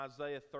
Isaiah